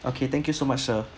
okay thank you so much sir